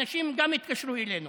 אנשים גם התקשרו אלינו